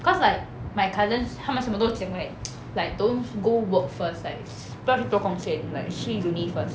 cause like my cousins 他们什么都讲 like like don't go work first like 不要去做工先 like 去 uni first